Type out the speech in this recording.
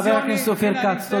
חבר הכנסת אופיר כץ,